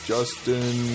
Justin